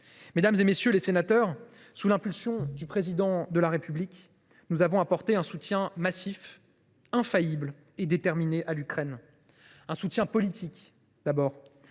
Mesdames, messieurs les sénateurs, sous l’impulsion du Président de la République, nous avons apporté un soutien massif, constant et déterminé à l’Ukraine. Un soutien politique, tout d’abord.